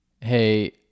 Hey